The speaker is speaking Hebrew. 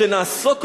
שנעסוק,